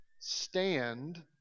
stand